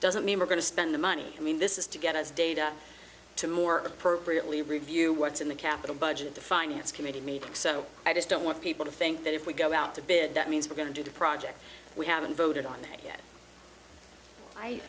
doesn't mean we're going to spend the money i mean this is to get us data to more appropriately review what's in the capital budget the finance committee meeting so i just don't want people to think that if we go out to bid that means we're going to do the project we haven't voted on it yet i